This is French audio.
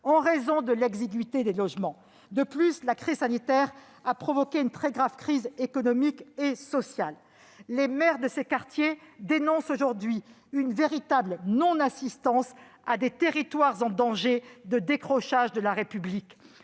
en raison de l'exiguïté des logements. De plus, la crise sanitaire a provoqué une très grave crise économique et sociale. Les maires de ces quartiers dénoncent aujourd'hui une véritable non-assistance à des territoires en danger de décrochage de la République.